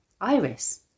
Iris